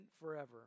forever